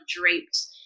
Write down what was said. draped